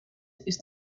ist